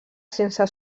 sense